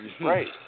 right